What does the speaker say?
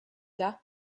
tard